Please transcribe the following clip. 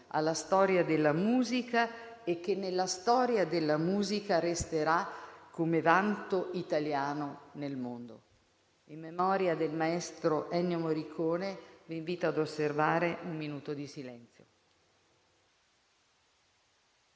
alla storia della musica, e che nella storia della musica resterà come vanto italiano nel mondo. In memoria del maestro Ennio Morricone, vi invito a osservare un minuto di silenzio.